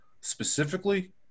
specifically